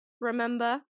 remember